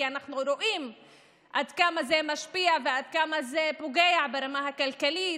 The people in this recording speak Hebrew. כי אנחנו רואים עד כמה זה משפיע ועד כמה זה פוגע ברמה הכלכלית,